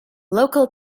local